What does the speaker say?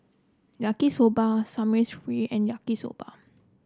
Yaki Soba Samgeyopsal and Yaki Soba